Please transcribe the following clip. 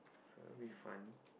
it's gonna be fun